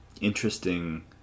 interesting